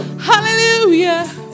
Hallelujah